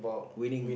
winning